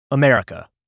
America